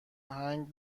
هنگ